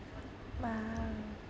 !wow!